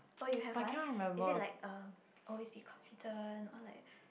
oh you have one is it like um always be confident or like